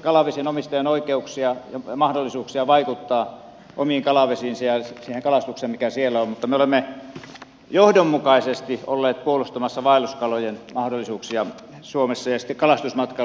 kalavesien omistajien oikeuksia ja mahdollisuuksia vaikuttaa omiin kalavesiinsä ja siihen kalastukseen mikä siellä on mutta me olemme johdonmukaisesti olleet puolustamassa vaelluskalojen mahdollisuuksia suomessa ja kalastusmatkailun kehittämistä